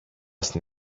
στην